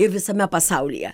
ir visame pasaulyje